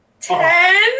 Ten